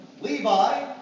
Levi